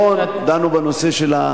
אנחנו דנו בנושא של הבנייה ביהודה ושומרון,